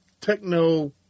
techno